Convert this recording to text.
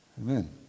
Amen